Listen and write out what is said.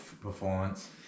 performance